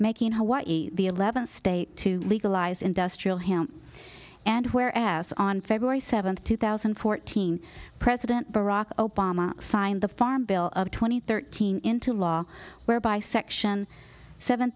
making hawaii the eleventh state to legalize industrial hemp and where ass on february seventh two thousand and fourteen president barack obama signed the farm bill of twenty thirteen into law whereby section seven